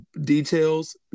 details